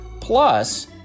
Plus